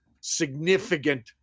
significant